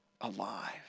alive